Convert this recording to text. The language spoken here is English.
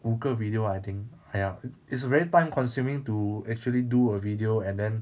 五个 video I think !aiya! it it's very time consuming to actually do a video and then